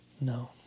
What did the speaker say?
No